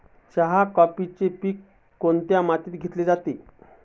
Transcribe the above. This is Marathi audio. चहा, कॉफीचे पीक कोणत्या मातीत घेतले जाते?